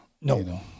No